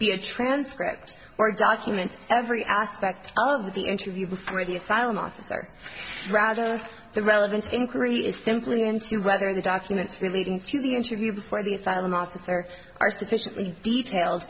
be a transcript or document every aspect of the interview before the asylum officer rather the relevant inquiry is simply into whether the documents relating to the interview before the asylum officer are sufficiently detail